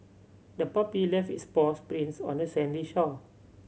the puppy left its paws prints on the sandy shore